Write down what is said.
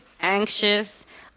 anxious –